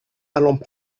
allant